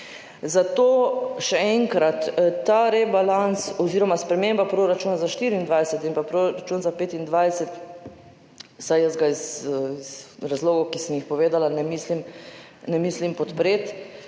Zato, še enkrat, tega rebalansa oziroma spremembe proračuna za 2024 in pa proračuna za 2025 vsaj jaz iz razlogov, ki sem jih povedala, ne mislim podpreti.